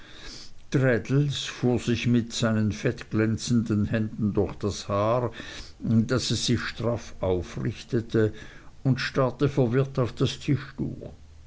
fuhr sich mit seinen fettglänzenden händen durch das haar daß es sich straff aufrichtete und starrte verwirrt auf das tischtuch